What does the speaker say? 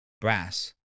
brass